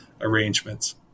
arrangements